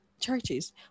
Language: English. churches